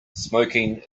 smoking